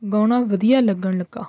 ਗਾਉਣਾ ਵਧੀਆ ਲੱਗਣ ਲੱਗਾ